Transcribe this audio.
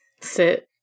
sit